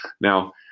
now